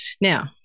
Now